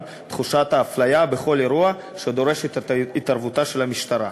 את תחושת האפליה בכל אירוע שדורש את התערבותה של המשטרה.